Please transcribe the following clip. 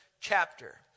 chapter